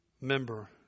Member